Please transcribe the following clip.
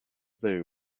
blew